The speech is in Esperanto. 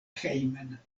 hejmen